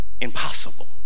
impossible